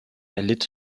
erlitt